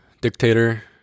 dictator